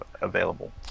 available